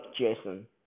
Jason